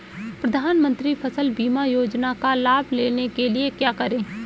प्रधानमंत्री फसल बीमा योजना का लाभ लेने के लिए क्या करें?